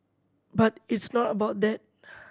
but it's not about that